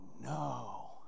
no